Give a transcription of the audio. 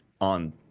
on